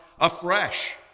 afresh